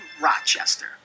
Rochester